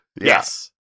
Yes